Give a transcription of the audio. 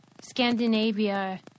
Scandinavia